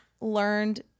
learned